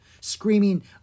Screaming